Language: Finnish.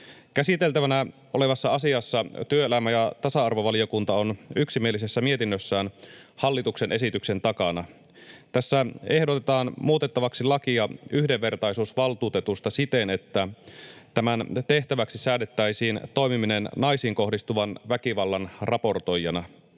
Käsiteltävänä olevassa asiassa työelämä- ja tasa-arvovaliokunta on yksimielisessä mietinnössään hallituksen esityksen takana. Tässä ehdotetaan muutettavaksi lakia yhdenvertaisuusvaltuutetusta siten, että tämän tehtäväksi säädettäisiin toimiminen naisiin kohdistuvan väkivallan raportoijana.